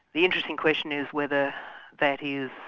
the interesting question is whether that is